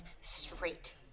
straight